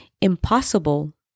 Impossible